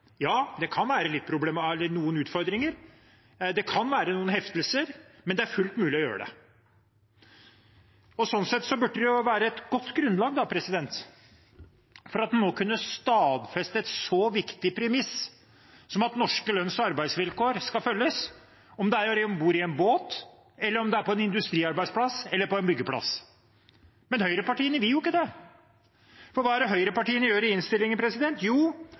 Ja, det kan være noen utfordringer, det kan være noen heftelser, men det er fullt mulig å gjøre det. Sånn sett burde det jo være et godt grunnlag for at en nå kunne stadfeste et så viktig premiss som at norske lønns- og arbeidsvilkår skal følges – om det er om bord i en båt, eller om det er på en industriarbeidsplass eller på en byggeplass. Men høyrepartiene vil jo ikke det. For hva er det høyrepartiene gjør i innstillingen? Jo,